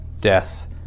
death